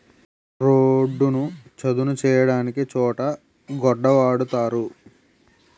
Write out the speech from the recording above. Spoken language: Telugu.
రోడ్డును చదును చేయడానికి చోటు గొడ్డ వాడుతారు